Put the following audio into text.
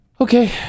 Okay